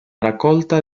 raccolta